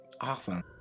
awesome